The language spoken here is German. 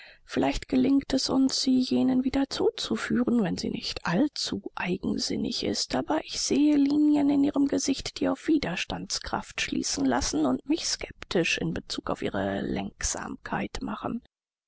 vielleicht gelingt es uns sie jenen wieder zuzuführen wenn sie nicht allzu eigensinnig ist aber ich sehe linien in ihrem gesicht die auf widerstandskraft schließen lassen und mich skeptisch in bezug auf ihre lenksamkeit machen